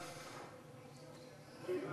הסכימה,